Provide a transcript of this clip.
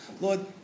Lord